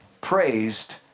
praised